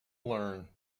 learn